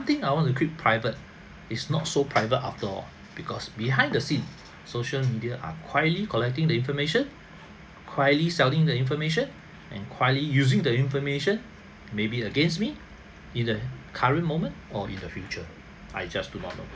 I think I want to keep private is not so private after all because behind the scene social media are quietly collecting the information quietly selling the information and quietly using the information maybe against me either current moment or in the future I just do not know